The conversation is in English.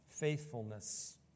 faithfulness